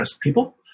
people